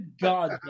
God